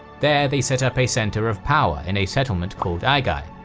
there, they set up a center of power in a settlement called aigai.